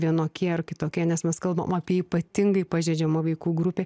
vienokie ar kitokie nes mes kalbam apie ypatingai pažeidžiamą vaikų grupę